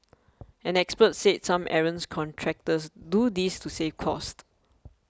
an expert said some errants contractors do this to save costs